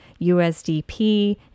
usdp